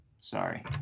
Sorry